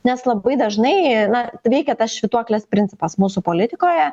nes labai dažnai na veikia tas švytuoklės principas mūsų politikoje